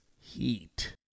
Heat